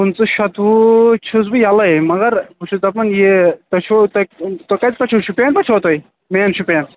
پٕنٛژٕ شتوُہ چھُس بہٕ یلےَ مَگر بہٕ چھُس دَپان یہِ تۅہہِ چھُو تُہۍ کتہِ پیٚٹھ چھِو شُپین پیٚٹھ چھِو تُہۍ مین شُپین